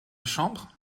chambre